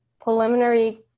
preliminary